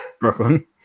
Brooklyn